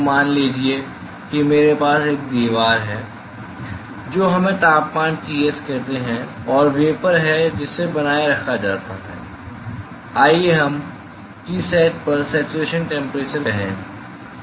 तो मान लीजिए कि मेरे पास एक दीवार है जो हमें तापमान Ts कहते हैं और वेपर है जिसे बनाए रखा जाता है आइए हम Tsat पर सेच्युरेशन टैम्परेचर पर कहें